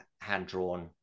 hand-drawn